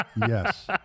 Yes